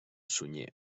sunyer